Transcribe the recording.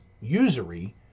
usury